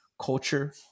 culture